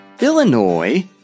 Illinois